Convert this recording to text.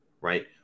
right